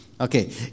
okay